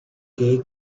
gay